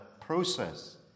process